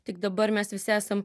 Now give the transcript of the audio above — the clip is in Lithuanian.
tik dabar mes visi esam